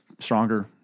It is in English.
Stronger